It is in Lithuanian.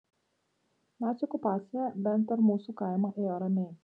nacių okupacija bent per mūsų kaimą ėjo ramiai